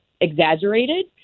exaggerated